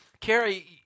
Carrie